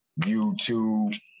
YouTube